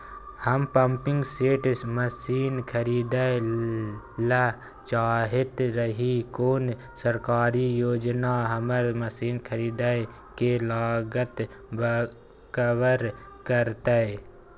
हम pumping set machine खरीदैय ल चाहैत रही कोन सरकारी योजना हमर मसीन खरीदय के लागत कवर करतय?